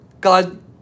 God